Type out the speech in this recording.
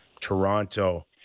Toronto